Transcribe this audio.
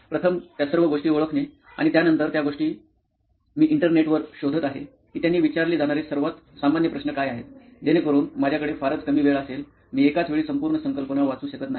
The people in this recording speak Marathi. प्रथम त्या सर्व गोष्टी ओळखणे आणि त्यानंतर त्या गोष्टी नंतर मी इंटरनेटवर शोधत आहे की त्यांनी विचारले जाणारे सर्वात सामान्य प्रश्न काय आहेत जेणेकरून माझ्याकडे फारच कमी वेळ असेल मी एकाच वेळी संपूर्ण संकल्पना वाचू शकत नाही